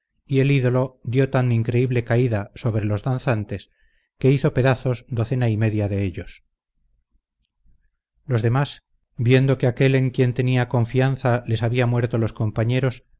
y el ídolo dió tan increíble caída sobre los danzantes que hizo pedazos docena y media de ellos los demás viendo que aquel en quien tenían confianza les había muerto los compañeros